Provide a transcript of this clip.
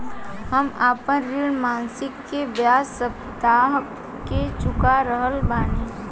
हम आपन ऋण मासिक के बजाय साप्ताहिक चुका रहल बानी